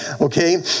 Okay